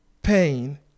pain